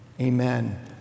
Amen